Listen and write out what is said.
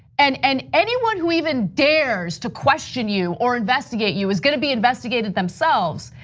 and and anyone who even dares to question you, or investigate you is gonna be investigated themselves.